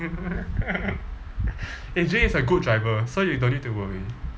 eh jay is a good driver so you don't need to worry